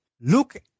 look